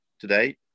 today